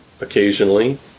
occasionally